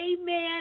Amen